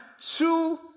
two